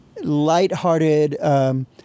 lighthearted